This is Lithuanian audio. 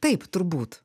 taip turbūt